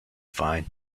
fine